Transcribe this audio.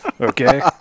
Okay